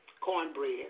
cornbread